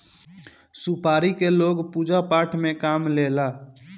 सुपारी के लोग पूजा पाठ में काम लेला